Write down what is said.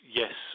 yes